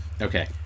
Okay